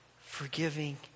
forgiving